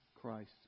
Christ